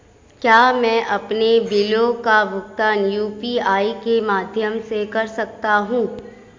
क्या मैं अपने बिलों का भुगतान यू.पी.आई के माध्यम से कर सकता हूँ?